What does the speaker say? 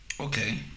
Okay